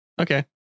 Okay